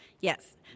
Yes